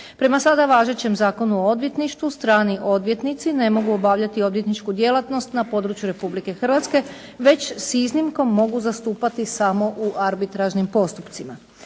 Prema sada važećem Zakonu o odvjetništvu, strani odvjetnici ne mogu obavljati odvjetničku djelatnost na području Republike Hrvatske već s iznimkom mogu zastupati samo u arbitražnim postupcima.